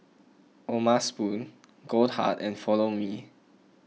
O'ma Spoon Goldheart and Follow Me